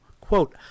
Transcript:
Quote